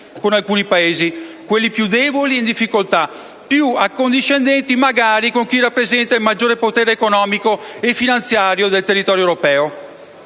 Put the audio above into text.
con alcuni Paesi, quelli più deboli e in difficoltà, e più accondiscendenti con chi rappresenta il maggiore potere economico e finanziario del territorio europeo.